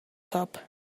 cup